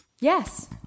yes